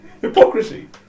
Hypocrisy